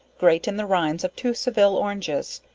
grate in the rinds of two seville oranges,